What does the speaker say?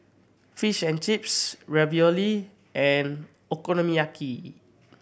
Fish and Chips Ravioli and Okonomiyaki